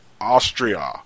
Austria